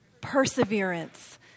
Perseverance